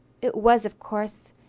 it was, of course,